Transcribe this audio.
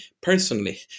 personally